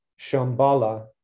Shambhala